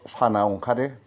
साना ओंखारो